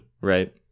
Right